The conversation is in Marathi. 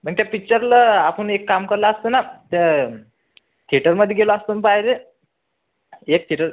पण ते पिच्चरला आपण एक काम केलं असतं ना त्याच थेटरमध्ये गेलो असतो ना पाहायला एक थेटर